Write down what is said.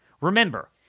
Remember